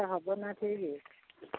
ହେବନା ଠିକ୍